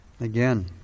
again